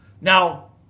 Now